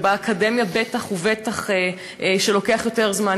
ובאקדמיה בטח ובטח שלוקח יותר זמן.